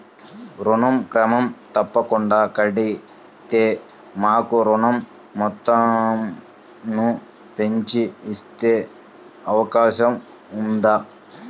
ఋణం క్రమం తప్పకుండా కడితే మాకు ఋణం మొత్తంను పెంచి ఇచ్చే అవకాశం ఉందా?